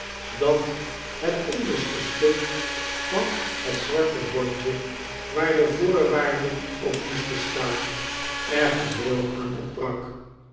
dat het onderste stuk van het zwarte bordje waar de voorwaarden op moesten staan er geheel aan ontbrak